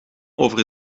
over